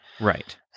right